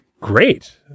great